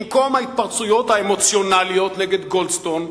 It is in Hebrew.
במקום ההתפרצויות האמוציונליות נגד גולדסטון,